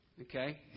Okay